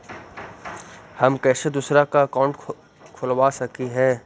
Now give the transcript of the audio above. हम कैसे दूसरा का अकाउंट खोलबा सकी ही?